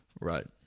Right